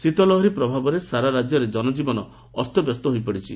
ଶୀତ ଲହରୀ ପ୍ରଭାବରେ ସାରା ରାଜ୍ୟରେ ଜନକୀବନ ଅସ୍ତବ୍ୟସ୍ତ ହୋଇପଡ଼ିଛି